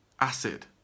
Acid